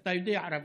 אתה יודע ערבית,